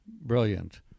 brilliant